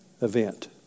event